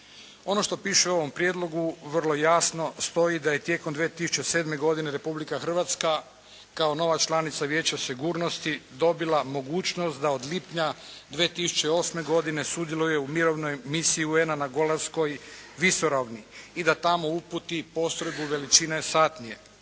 Ono što piše u ovom prijedlogu vrlo jasno stoji da je tijekom 2007. godine Republika Hrvatska kao nova članica Vijeća sigurnosti dobila mogućnost da od lipnja 2008. godine sudjeluje u Mirovnoj misiji UN-a na Golanskoj visoravni i da tamo uputi postrojbu veličine satnije.